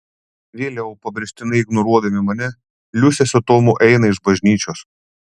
vėliau pabrėžtinai ignoruodami mane liusė su tomu eina iš bažnyčios